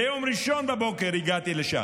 ביום ראשון בבוקר הגעתי לשם,